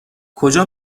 کجا